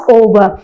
over